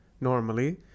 normally